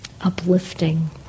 uplifting